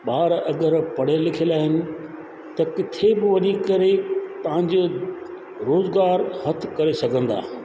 ॿार अगरि पढ़ियल लिखियल आहिनि त किथे बि वञी करे पंहिंजो रोजगार हथु करे सघंदा